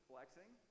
flexing